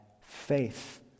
faith